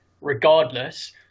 regardless